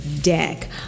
deck